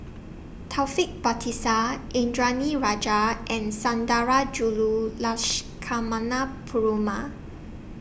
Taufik Batisah Indranee Rajah and Sundarajulu Perumal